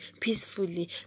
peacefully